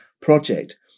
project